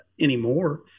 anymore